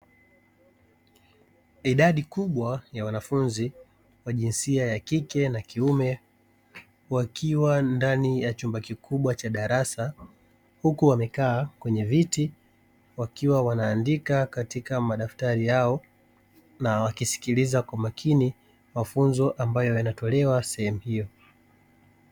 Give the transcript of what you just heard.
Idadi kubwa ya wanafunzi wa jinsia yakike na kiume wakiwa ndani ya chumba kikubwa cha darasa huku wakiwa wamekaa kwenye viti wakiwa wanaandika katika madaftari yao na wakisiliza kwa makini mafunzo ambayo yanatolewa sehemu hiyo.